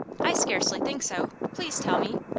i scarcely think so. please tell me.